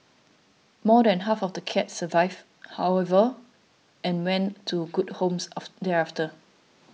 more than half of the cats survived however and went to good homes of thereafter